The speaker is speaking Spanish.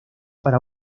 para